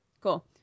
Cool